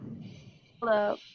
Hello